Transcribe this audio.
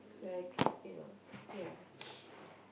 like you know yeah